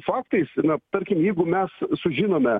faktais na tarkim jeigu mes sužinome